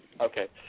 Okay